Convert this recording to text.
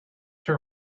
her